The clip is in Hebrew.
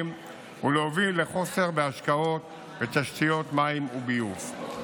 ולהוביל לחוסר בהשקעות בתשתיות מים וביוב.